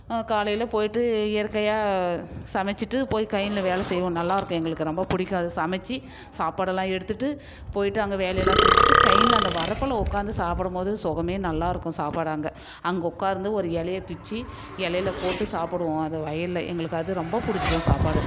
காலையில் போய்விட்டு இயற்கையாக சமைத்துட்டு போய் கழனில வேலை செய்வோம் நல்லாயிருக்கும் எங்களுக்கு ரொம்ப பிடிக்கும் அதை சமச்சு சாப்பாடெல்லாம் எடுத்துட்டு போய்விட்டு அங்கே வேலையெல்லாம் செஞ்சுட்டு கழனில அந்த வரப்பில் உட்காந்து சாப்பிடம் போது சுகமே நல்லாயிருக்கும் சாப்பிட அங்கே அங்கே உட்கார்ந்து ஒரு இலைய பிச்சு இலைல போட்டு சாப்பிடுவோம் அது வயலில் எங்களுக்கு அது ரொம்ப பிடிச்சிக்கும் சாப்பாடு